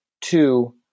Two